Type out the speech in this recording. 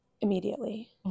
immediately